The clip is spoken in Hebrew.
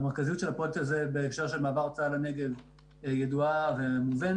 המרכזיות של הפרויקט הזה בהקשר של מעבר צה"ל לנגב ידועה ומובנת,